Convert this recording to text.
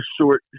short